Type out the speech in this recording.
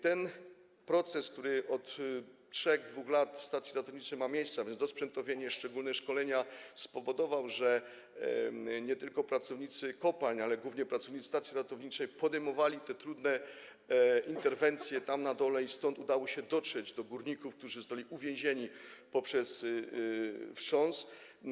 Ten proces, który od 3, 2 lat w stacji ratowniczej ma miejsce, a więc dosprzętowienie, szczególne szkolenia, spowodował, że nie tylko pracownicy kopalń, ale głównie pracownicy stacji ratowniczej podejmowali te trudne interwencje tam na dole, dlatego udało się dotrzeć do górników, którzy zostali uwięzieni w wyniku wstrząsu.